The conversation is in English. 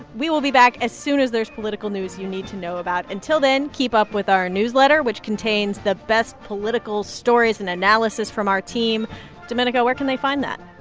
we will be back as soon as there's political news you need to know about. until then, keep up with our newsletter, which contains the best political stories and analysis from our team domenico, where can they find that?